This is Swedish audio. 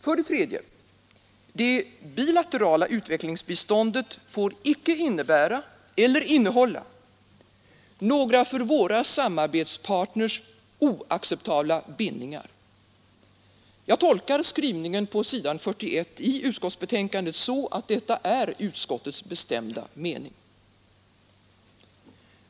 För det tredje: Det bilaterala utvecklingsbiståndet får inte innebära eller innehålla några för våra samarbetspartner oacceptabla bindningar. Jag tolkar skrivningen på s. 41 i utskottsbetänkandet så, att detta är utskottets bestämda mening.